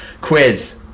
Quiz